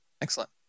excellent